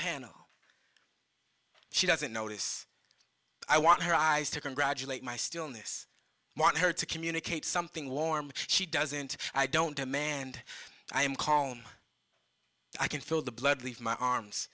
panel she doesn't notice i want her eyes to congratulate my stillness want her to communicate something warm she doesn't i don't demand i am calm i can feel the blood leave my arms